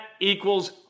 equals